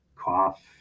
cough